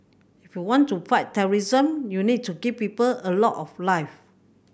if you want to fight terrorism you need to give people a love of life